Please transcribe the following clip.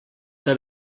que